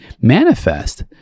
manifest